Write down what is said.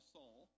Saul